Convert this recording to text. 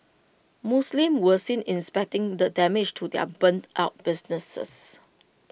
Muslims were seen inspecting the damage to their burnt out businesses